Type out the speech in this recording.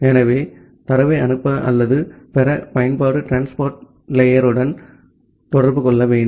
ஆகவே தரவை அனுப்ப அல்லது பெற பயன்பாடு டிரான்ஸ்போர்ட் லேயர் உடன் தொடர்பு கொள்ள வேண்டும்